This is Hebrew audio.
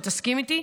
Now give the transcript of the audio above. ותסכים איתי,